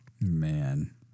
Man